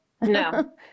No